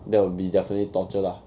that will be definitely torture lah